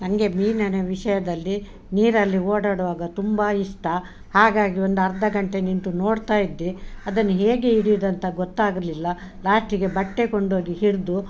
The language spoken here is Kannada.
ನನಗೆ ಮೀನಿನ ವಿಷಯದಲ್ಲಿ ನೀರಲ್ಲಿ ಓಡಾಡುವಾಗ ತುಂಬ ಇಷ್ಟ ಹಾಗಾಗಿ ಒಂದು ಅರ್ಧ ಗಂಟೆ ನಿಂತು ನೋಡ್ತಾ ಇದ್ದೆ ಅದನ್ನು ಹೇಗೆ ಹಿಡಿಯುದಂತ ಗೊತ್ತಾಗಲಿಲ್ಲ ಲಾಸ್ಟಿಗೆ ಬಟ್ಟೆ ಕೊಂಡೋಗಿ ಹಿಡಿದು